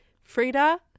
Frida